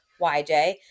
YJ